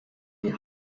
die